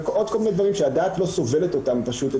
ועוד כל מיני דברים שהדעת לא סובלת אותם פשוט,